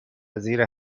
زیر